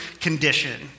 condition